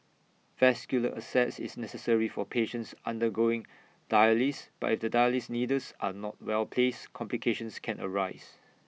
vascular access is necessary for patients undergoing dialysis but if the dialysis needles are not well placed complications can arise